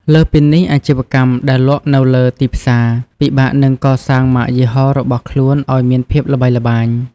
លើសពីនេះ អាជីវកម្មដែលលក់នៅលើ ទីផ្សារ ពិបាកនឹងកសាងម៉ាកយីហោរបស់ខ្លួនឱ្យមានភាពល្បីល្បាញ។